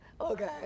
okay